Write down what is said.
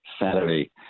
Saturday